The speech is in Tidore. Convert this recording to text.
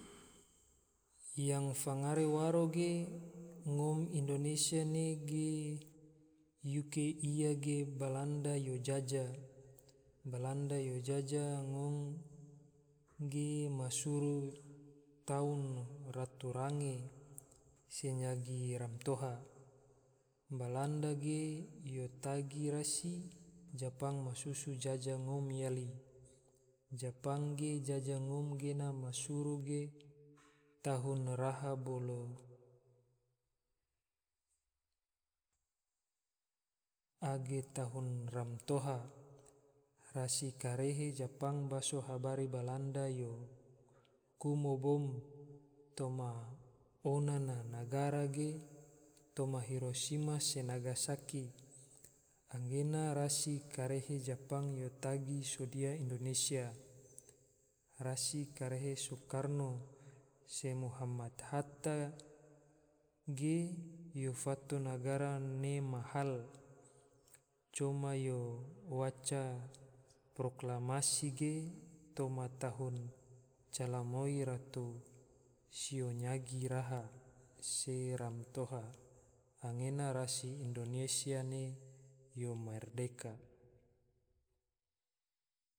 Yang fangare ngare waro ge ngom indonesia ne ge yuke ia ge balanda yo jajah, balanda yo jajah ngom ge ma suru tahun ratu range se nyagi romtoha, balanda ge yo tagi rasi japang masusu jajah ngom yali, japang ge jajah ngom gena ma suru ge tahun raha bolo angge tahu romtoha, rasi karehe japang baso habari balanda yo kumo bom toma ona na nagara ge, toma hirosima se nagasaki, anggena rasi karehe japang yo tagi sodia indonesia, rasi karehe soekarno se muhammad hatta ge yo fato nagara ne ma hal, coma yo waca proklamasi ge toma tahun calamoi ratu sio nyagi raha se romtoha. anggena rasi indonesia ne yo merdeka